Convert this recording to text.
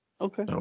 Okay